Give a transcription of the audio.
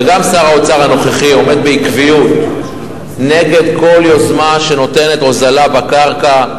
וגם שר האוצר הנוכחי עומד בעקביות נגד כל יוזמה שנותנת הוזלה בקרקע,